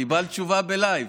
קיבלת תשובה בלייב.